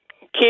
keep